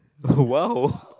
!wow!